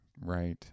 right